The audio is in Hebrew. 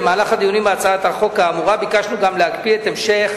במהלך הדיונים בהצעת החוק האמורה ביקשנו גם להקפיא את המשך